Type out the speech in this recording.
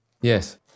Yes